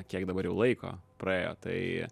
kiek dabar jau laiko praėjo tai